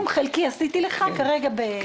כרגע עשיתי לך סיכום חלקי.